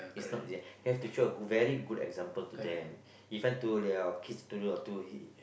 is not easy you have to show a good very good example to them even to your kids to your he